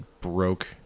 broke